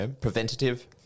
preventative